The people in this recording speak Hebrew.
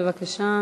בבקשה.